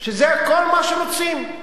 שזה כל מה שרוצים,